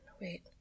wait